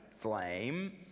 flame